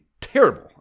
terrible